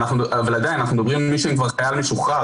אבל עדיין אנחנו מדברים על מי שהוא כבר חייל משוחרר.